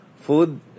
Food